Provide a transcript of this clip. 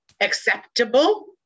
acceptable